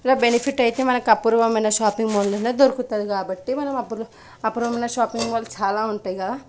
ఇలా బెనిఫిట్ అయితే మనకు అపూర్వమైన షాపింగ్ మాల్ లో దొరుకుతుంది కాబట్టి మనం అపూర్వ అపూర్వమైన షాపింగ్ మాల్స్ చాలా ఉంటాయి కదా